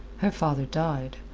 her father died,